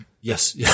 Yes